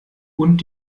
und